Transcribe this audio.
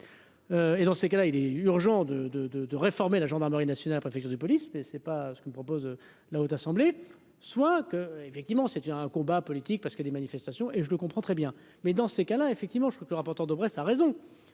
et dans ces cas-là, il est urgent de, de, de, de réformer la gendarmerie nationale, la préfecture de police, mais c'est pas ce que propose la haute assemblée, soit que, effectivement, c'était un combat politique parce que les manifestations et je le comprends très bien, mais dans ces cas là, effectivement, je peux plus rapporteur Daubresse a raison